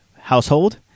household